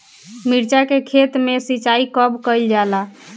मिर्चा के खेत में सिचाई कब कइल जाला?